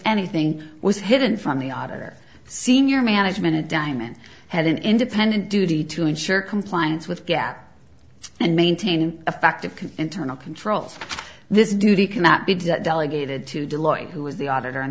anything was hidden from the auditor senior management a diamond had an independent duty to ensure compliance with gatt and maintaining a fact of internal controls this duty cannot be delegated to dylan who was the auditor in